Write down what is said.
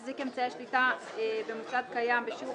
החזיק אמצעי שליטה במוסד קיים בשיעור